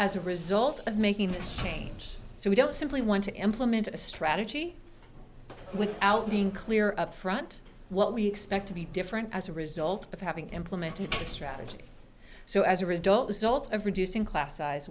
as a result of making this change so we don't simply want to implement a strategy without being clear up front what we expect to be different as a result of having implemented a strategy so as a result salt of reducing class size